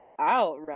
out